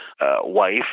wife